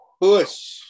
push